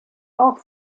auch